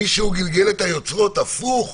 מישהו גלגל את היוצרות הפוך.